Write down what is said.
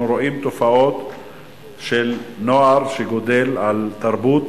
אנחנו רואים תופעות של נוער שגדל על תרבות